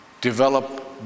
develop